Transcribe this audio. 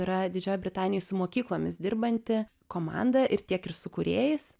yra didžioj britanijoj su mokyklomis dirbanti komanda ir tiek ir su kūrėjais